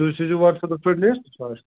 تُہۍ سوٗزِو واٹس ایپَس پٮ۪ٹھ لِسٹ سُہ آسہِ